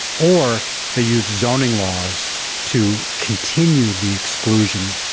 or they used zoning laws to continue the exclusion,